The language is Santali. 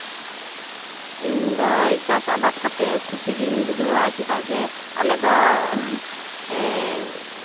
ᱤᱧ ᱫᱚ ᱪᱟᱥ ᱟᱵᱟᱫᱽ ᱠᱟᱛᱮᱫ ᱠᱷᱩᱥᱤ ᱜᱤᱧ ᱵᱩᱡᱷᱟᱹᱣᱟ ᱪᱮᱫᱟᱜ ᱡᱮ ᱟᱞᱮ ᱫᱚ